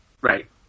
Right